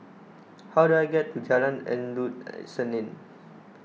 how do I get to Jalan Endut Senin